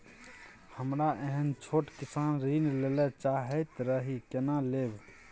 हमरा एहन छोट किसान ऋण लैले चाहैत रहि केना लेब?